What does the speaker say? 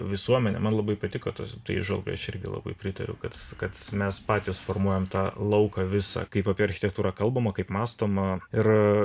visuomenė man labai patiko tas ta įžvalga aš irgi labai pritariu kad kad mes patys formuojam tą lauką visą kaip apie architektūrą kalbama kaip mąstoma ir